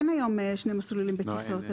אין היום שני מסלולים בטיסות,